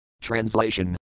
Translation